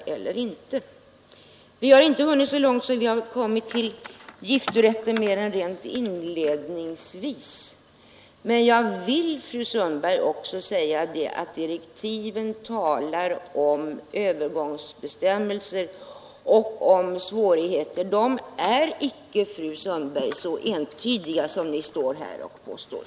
Vi har ännu inte mer än rent inledningsvis hunnit ta upp frågan om giftorätten. Jag vill emellertid säga, fru Sundberg, att direktiven talar om övergångsbestämmelser och om de svårigheter som kan uppstå. Direktiven är inte så entydiga som fru Sundberg här påstår.